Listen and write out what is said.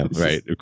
Right